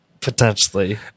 Potentially